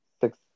six